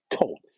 Cold